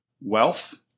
wealth